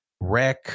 wreck